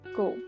go